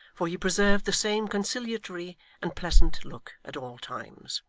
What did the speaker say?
for he preserved the same conciliatory and pleasant look at all times.